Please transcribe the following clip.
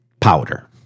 Powder